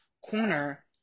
corner